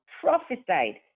prophesied